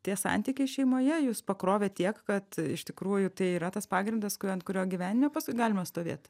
tie santykiai šeimoje jus pakrovė tiek kad iš tikrųjų tai yra tas pagrindas kur ant kurio gyvenime paskui galima stovėt